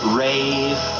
rave